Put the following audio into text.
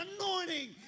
anointing